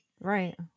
Right